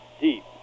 deep